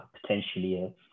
potentially